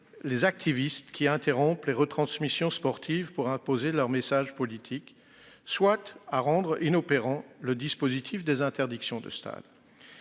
les activistes qui interrompent les retransmissions sportives pour imposer leur message politique, ou encore à rendre inopérant le dispositif des interdictions de stade.